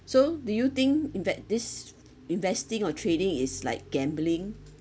so do you think invet~ this investing or trading is like gambling